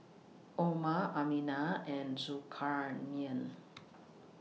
Omar Aminah and Zulkarnain